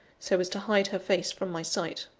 so as to hide her face from my sight.